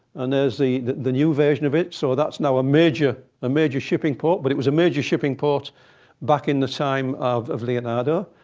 and there's the the new version of it. so that's now a major, a major shipping port. but it was a major shipping port back in the time of of leonardo.